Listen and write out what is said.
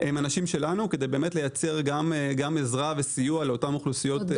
כדי לייצר עזרה וסיוע לאותן אוכלוסיות.